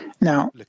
Now